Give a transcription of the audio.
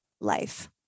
Life